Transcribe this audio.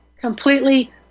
completely